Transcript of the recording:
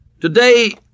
Today